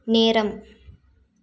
நேரம்